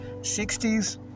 60s